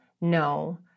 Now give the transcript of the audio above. No